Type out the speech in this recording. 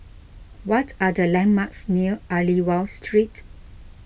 what are the landmarks near Aliwal Street